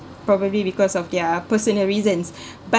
probably because of their personal reasons but